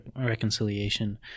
reconciliation